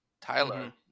Tyler